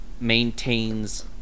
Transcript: maintains